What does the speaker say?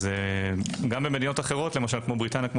גם במדינות אחרות למשל בריטניה כפי